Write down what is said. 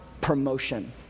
promotion